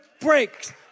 breaks